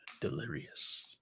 delirious